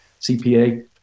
CPA